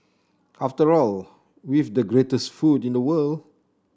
after all we've the greatest food in the world